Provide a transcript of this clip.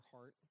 heart